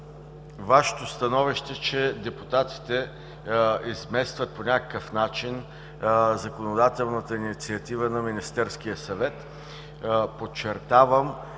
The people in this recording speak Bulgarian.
Вашето становище, че депутатите изместват по някакъв начин законодателната инициатива на Министерския съвет. Подчертавам,